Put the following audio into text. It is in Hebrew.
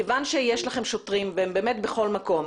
כיוון שיש לכם שוטרים והם באמת בכל מקום,